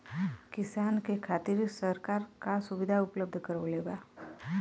किसान के खातिर सरकार का सुविधा उपलब्ध करवले बा?